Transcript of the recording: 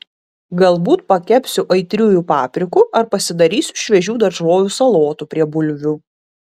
galbūt pakepsiu aitriųjų paprikų ar pasidarysiu šviežių daržovių salotų prie bulvių